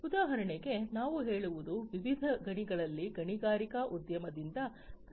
ಉದಾಹರಣೆಗೆ ನಾವು ಹೇಳುವುದು ವಿವಿಧ ಗಣಿಗಳಲ್ಲಿ ಗಣಿಗಾರಿಕೆ ಉದ್ಯಮದಿಂದ ಪ್ರಾರಂಭಿಸೋಣ